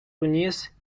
тунис